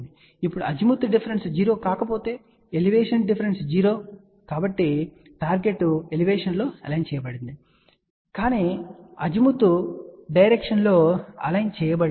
ఇప్పుడు azimuth difference 0 కాకపోతే elevation difference 0 కాబట్టి అంటే టార్గెట్ ఎలివేషన్ లో అలైన్ చేయబడింది కానీ ఇది అజీముత్ డైరెక్షన్ లో అలైన్ చేయబడలేదు